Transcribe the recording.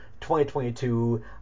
2022